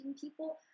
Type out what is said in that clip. people